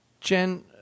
Jen